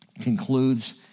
concludes